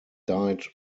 died